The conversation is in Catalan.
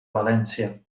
valència